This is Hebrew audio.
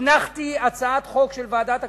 הנחתי הצעת חוק של ועדת הכספים,